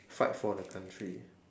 fight for the country